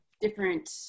different